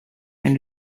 and